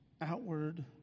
outward